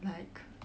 like